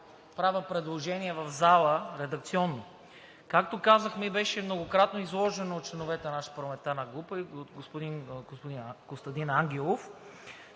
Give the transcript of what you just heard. правя предложение в залата – редакционно. Както казахме беше многократно изложено от членовете на нашата парламентарна група и от господин Костадин Ангелов,